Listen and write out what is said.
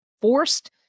forced